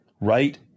right